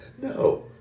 No